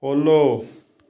follow